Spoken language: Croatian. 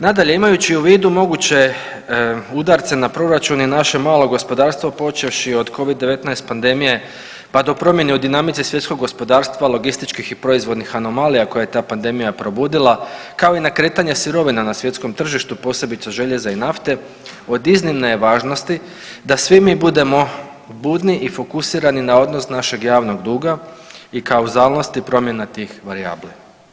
Nadalje, imajući u vidu moguće udarce na proračun i naše malo gospodarstvo počevši od Covid-19 pandemije pa do promjene u dinamici svjetskog gospodarstva, logističkih i proizvodnih anomalija koje je ta pandemija probudila, kao i na kretanje sirovina na svjetskom tržištu posebice željeza i nafte od iznimne je važnosti da svi mi budemo budni i fokusirani na odnos našeg javnog duga i kao … [[ne razumije se]] promjene tih varijabli.